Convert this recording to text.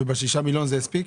ובשישה מיליון זה יספיק?